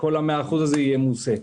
כל ה-100% הזה ימוסה.